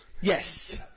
Yes